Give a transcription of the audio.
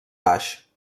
baix